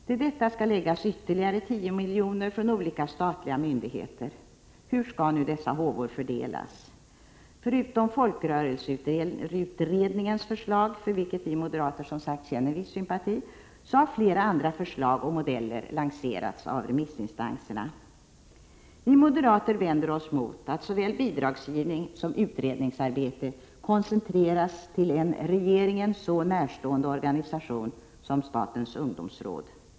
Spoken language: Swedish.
Till detta skall läggas ytterligare 10 miljoner från olika statliga myndigheter. Hur skall nu dessa håvor fördelas? Förutom Folkrörelseutredningens förslag, för vilket vi moderater känner viss sympati, har flera andra förslag och modeller lanserats av remissinstanserna. Vi moderater vänder oss mot att såväl bidragsgivning som utredningsarbete koncentreras till en regeringen så närstående organisation som statens ungdomsråd.